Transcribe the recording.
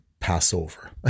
Passover